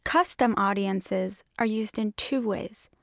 custom audiences are used in two ways.